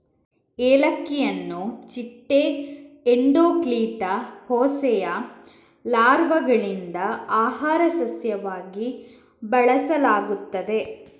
ಏಲಕ್ಕಿಯನ್ನು ಚಿಟ್ಟೆ ಎಂಡೋಕ್ಲಿಟಾ ಹೋಸೆಯ ಲಾರ್ವಾಗಳಿಂದ ಆಹಾರ ಸಸ್ಯವಾಗಿ ಬಳಸಲಾಗುತ್ತದೆ